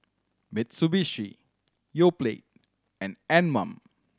Mitsubishi Yoplait and Anmum